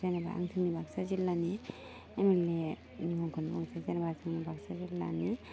जेनेबा आं जोंनि बाक्सा जिल्लानि एम एल ए नि मुंखौनो बुंसै जेनेबा जोंनि बाक्सा जिल्लानि